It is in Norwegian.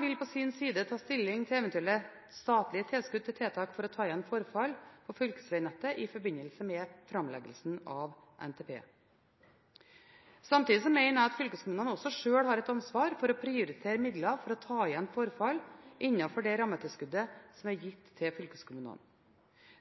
vil på sin side ta stilling til eventuelle statlige tilskudd til tiltak for å ta igjen forfall på fylkesvegnettet i forbindelse med framleggelsen av NTP. Samtidig mener jeg at fylkeskommunene også sjøl har et ansvar for å prioritere midler for å ta igjen forfall innenfor det rammetilskuddet som er gitt til fylkeskommunene.